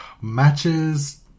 matches